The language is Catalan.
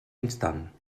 instant